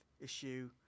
issue